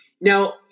Now